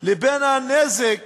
לבין הנזק